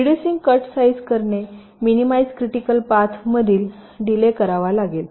reducing cut size करणे minimise critical path मधील delay करावा लागेल